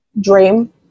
Dream